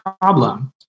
problem